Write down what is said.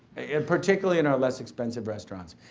and particularly in our less expensive restaurants,